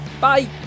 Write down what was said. Bye